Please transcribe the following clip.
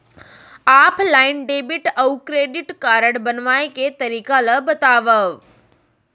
Offline debit अऊ credit card बनवाए के तरीका ल बतावव?